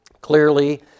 clearly